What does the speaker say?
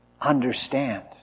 understand